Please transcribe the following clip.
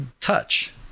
touch